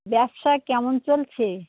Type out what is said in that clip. ব্যবসা কেমন চলছে